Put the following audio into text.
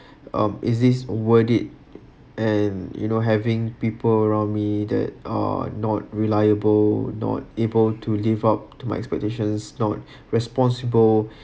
um is this worth it and you know having people around me that are not reliable not able to live up to my expectations not responsible